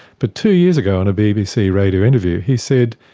but two years ago in a bbc radio interview he said,